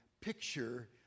picture